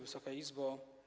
Wysoka Izbo!